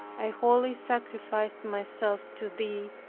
i wholly sacrificed myself to thee,